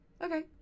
Okay